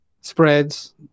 spreads